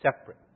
separate